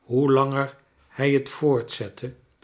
hoe langer hij het voortzette